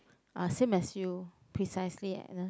uh same as you precisely Agnes